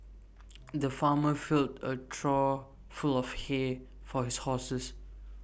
the farmer filled A trough full of hay for his horses